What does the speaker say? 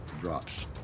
drops